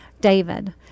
David